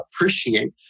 appreciate